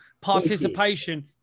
participation